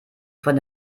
von